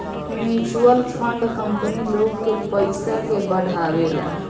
mutual fund company लोग के पयिसा के बढ़ावेला